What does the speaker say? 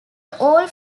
all